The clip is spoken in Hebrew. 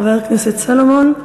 חבר הכנסת סולומון,